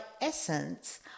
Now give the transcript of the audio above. essence